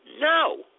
No